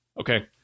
Okay